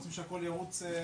אנחנו רוצים שהכול ירוץ,